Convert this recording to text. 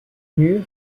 murs